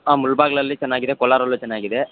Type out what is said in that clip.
ಹಾಂ ಮುಳ್ಬಾಗಿಲಲ್ಲಿ ಚೆನ್ನಾಗಿದೆ ಕೋಲಾರಲ್ಲೂ ಚೆನ್ನಾಗಿದೆ